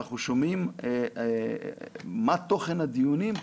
אנחנו שומעים מה תוכן הדיונים,